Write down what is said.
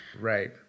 Right